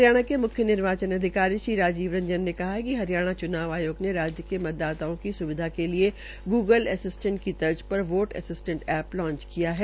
हरियाणा के मुख्य निर्वाचन अधिकारी श्री राजीव रंजन के कहा कि हरियाणा चुनाव आयोग ने राज्य के मतदाताओं की सुविधा हेतु गूगल एसिस्टेंट की तर्ज पर वोट एसिस्टेंट ऐप लांच किया है